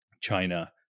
China